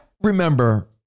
remember